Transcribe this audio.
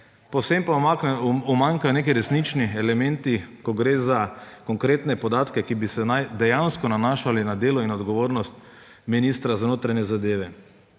povsem pa umanjka nekih resničnih elementov, ko gre za konkretne podatke, ki naj bi se dejansko nanašali na delo in odgovornost ministra za notranje zadeve.